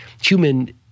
human